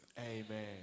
Amen